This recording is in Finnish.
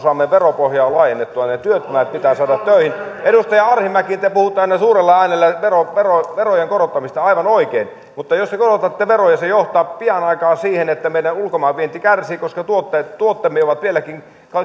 saamme veropohjaa laajennettua ne työttömät pitää saada töihin edustaja arhinmäki te puhutte aina suurella äänellä verojen verojen korottamisesta aivan oikein mutta jos te korotatte veroja se johtaa pianaikaa siihen että meidän ulkomaanvientimme kärsii koska tuotteemme tuotteemme ovat vieläkin